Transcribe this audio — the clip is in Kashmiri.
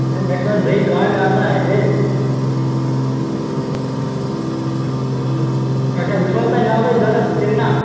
ہے مےٚ چھِنہٕ حظ بیٚیہِ کامہِ آسان ہے اَچھا وۅنۍ چھُو حظ تۄہہِ ناوٕے ضروٗرت کِنہٕ نہَ